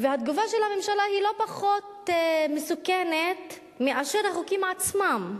התגובה של הממשלה לא פחות מסוכנת מהחוקים עצמם.